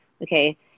okay